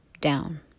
down